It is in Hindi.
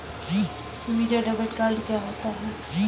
वीज़ा डेबिट कार्ड क्या होता है?